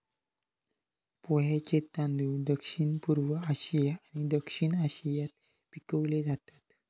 पोह्यांचे तांदूळ दक्षिणपूर्व आशिया आणि दक्षिण आशियात पिकवले जातत